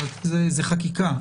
זו חקיקה.